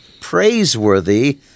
praiseworthy